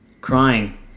crying